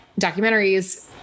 documentaries